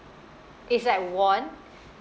it's like worn